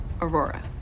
Aurora